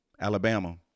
Alabama